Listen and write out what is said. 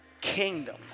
Kingdom